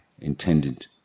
intended